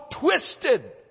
twisted